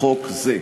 חוק זה.